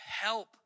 help